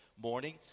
morning